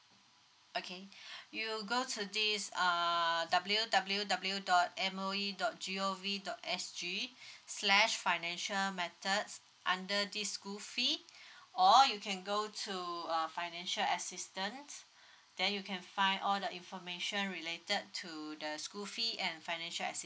okay you go to this err W W W dot M_O_E dot G_O_V dot S_G slash financial methods under the school fee or you can go to uh financial assistance then you can find all the information related to the school fee and financial